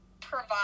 provide